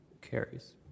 carries